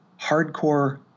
hardcore